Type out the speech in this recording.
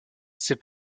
ses